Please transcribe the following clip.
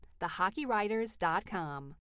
thehockeywriters.com